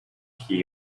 key